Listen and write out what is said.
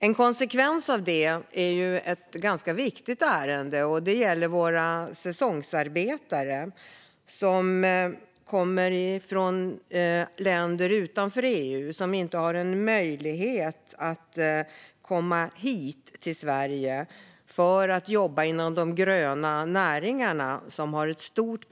En konsekvens är ett ganska viktigt ärende som gäller våra säsongsarbetare som kommer från länder utanför EU och som inte har en möjlighet att komma hit till Sverige för att jobba inom de gröna näringarna, där behovet är stort.